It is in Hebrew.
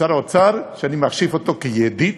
שר האוצר, שאני מחשיב אותו כידיד,